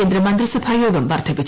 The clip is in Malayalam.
കേന്ദ്ര മന്ത്രിസഭാ യോഗം വർദ്ധിപ്പിച്ചു